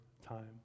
Time